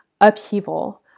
upheaval